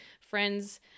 friends